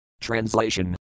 Translation